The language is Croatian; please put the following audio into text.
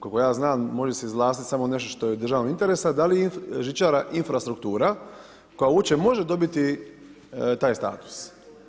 Koliko ja znam, može se izvlastiti samo nešto što je od državnog interesa, da li je žičara infrastruktura koja uopće može dobiti taj status?